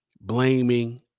blaming